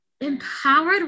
empowered